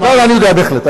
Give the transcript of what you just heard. אני יודע בהחלט,